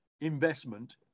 investment